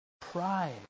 pride